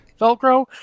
Velcro